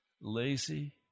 lazy